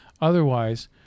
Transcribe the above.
otherwise